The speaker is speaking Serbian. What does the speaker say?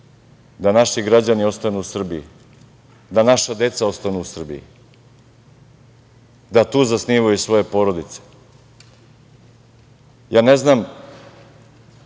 da naši građani ostanu u Srbiji, da naša deca ostanu u Srbiji, da tu zasnivaju svoje porodice. Ja ne znam